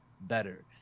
better